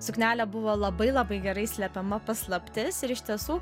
suknelė buvo labai labai gerai slepiama paslaptis ir iš tiesų